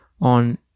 On